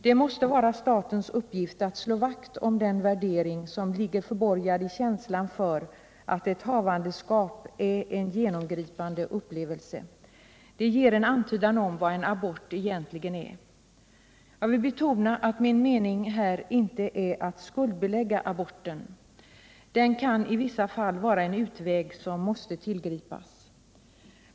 Det måste vara statens uppgift att slå vakt om den värdering som ligger förborgad i känslan för att ett havandeskap är en genomgripande upplevelse. Det ger en antydan om vad en abort egentligen är. Jag vill betona att min mening inte är att skuldbelägga aborten. Den kan i vissa fall vara en utväg som måste tillgripas.